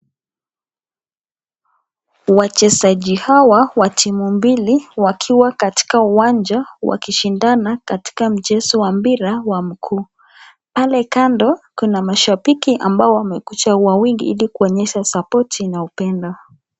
Wachezaji hawa wa timu mbili, wakiwa katika uwanja , wakishindana katika mchezo wa mpira wa mguu, pale kando kuna mashabiki ambao wamekuja wakiwa wengi ili kuonyesha sapoti na upendo.